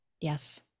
Yes